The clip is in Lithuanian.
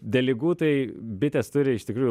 dėl ligų tai bitės turi iš tikrųjų